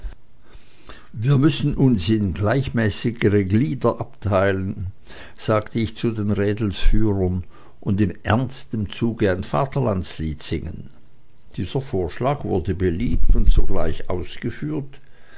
wir müssen uns in gleichmäßigere glieder abteilen sagte ich zu den rädelsführern und in ernstem zuge ein vaterlandslied singen dieser vorschlag wurde beliebt und sogleich ausgeführt